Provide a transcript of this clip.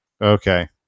Okay